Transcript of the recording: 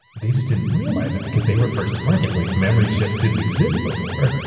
they just didn't realize it because they were first to market. like memory chips didn't exist before.